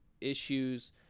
issues